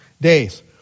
days